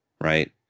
right